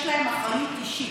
יש להם אחריות אישית.